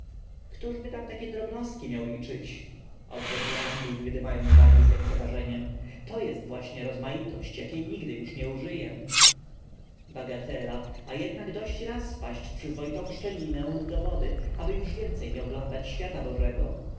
lub gałęzi ktoby tam takie drobnostki miał liczyć odrzekł anglik wydymając wargi z lekceważeniem to jest właśnie rozmaitość jakiej nigdy już nie użyję bagatela a jednak dość raz wpaść w przyzwoitą szczelinę lub do wody aby już więcej nie oglądać świata bożego